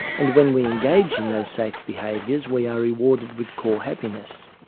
and when we engage in those safe behaviours we are rewarded with core happiness.